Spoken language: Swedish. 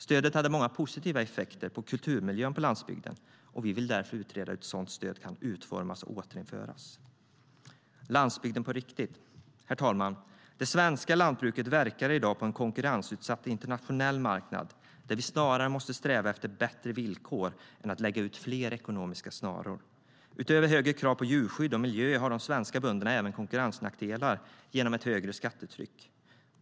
Stödet hade många positiva effekter på kulturmiljön på landsbygden, och vi vill därför utreda hur ett sådant stöd kan utformas och återinföras. Herr talman! Det svenska lantbruket verkar i dag på en konkurrensutsatt internationell marknad där vi snarare måste sträva efter bättre villkor än att lägga ut fler ekonomiska snaror. Utöver högre krav på djurskydd och miljö har de svenska bönderna även konkurrensnackdelar genom ett högre skattetryck.